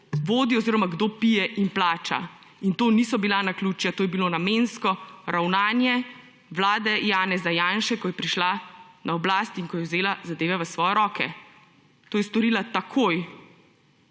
vodi oziroma kdo pije in plača. To niso bila naključja, to je bilo namensko ravnanje vlade Janeza Janše, ko je prišla na oblast in ko je vzela zadeve v svoje roke. To je storila takoj